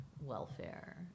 Welfare